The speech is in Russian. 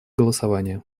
голосование